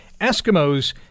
Eskimos